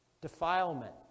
defilement